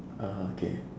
uh okay